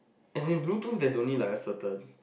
as in bluetooth there is only like a certain